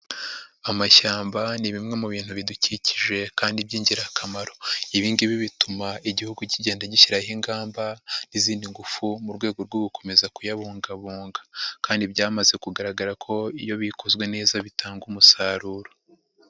Amashyamba ni bimwe mu bintu bidukikije kandi by'ingirakamaro, ibi ngibi bituma igihugu kigenda gishyiraho ingamba n'izindi ngufu mu rwego rwo gukomeza kuyabungabunga kandi byamaze kugaragara ko iyo bikozwe neza bitanga umusaruro.